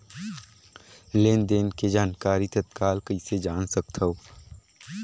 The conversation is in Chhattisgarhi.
लेन देन के जानकारी तत्काल कइसे जान सकथव?